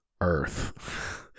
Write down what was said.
earth